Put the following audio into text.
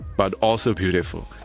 but also beautiful.